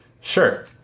Sure